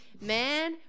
man